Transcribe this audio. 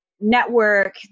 network